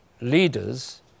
Leaders